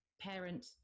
parent